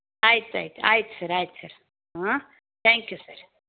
ಆಯ್ತು ಆಯ್ತು ಆಯ್ತು ಸರ್ ಆಯ್ತು ಸರ್ ಹಾಂ ಥ್ಯಾಂಕ್ ಯು ಸರ್